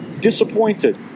disappointed